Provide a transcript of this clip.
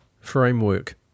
framework